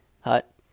hut